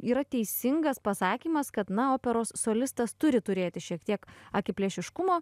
yra teisingas pasakymas kad na operos solistas turi turėti šiek tiek akiplėšiškumo